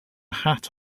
hat